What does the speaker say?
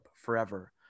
forever